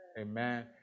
Amen